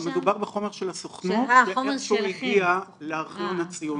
מדובר בחומר של הסוכנות שחלקו הגיע לארכיון הציוני.